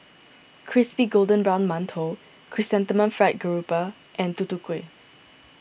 Crispy Golden Brown Mantou Chrysanthemum Fried Garoupa and Tutu Kueh